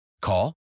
Call